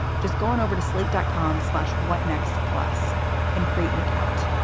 just going over to slate dot com. slash what next plus and create an account.